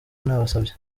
nabasabye